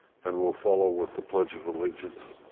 and we'll follow with the pledge of allegiance.